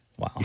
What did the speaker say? Wow